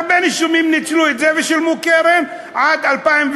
הרבה נישומים ניצלו את זה ושילמו קרן עד 2003,